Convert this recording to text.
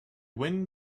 wind